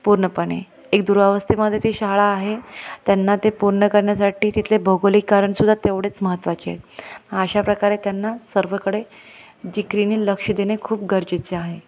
पूर्णपणे एक दुरावस्थेमध्ये ती शाळा आहे त्यांना ते पूर्ण करण्यासाठी तिथले भौगोलिक कारणसुद्धा तेवढेच महत्त्वाचे आहेत अशा प्रकारे त्यांना सर्वकडे जिकीरीने लक्ष देणे खूप गरजेचे आहे